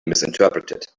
misinterpreted